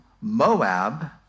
Moab